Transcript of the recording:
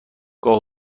گاه